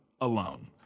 Alone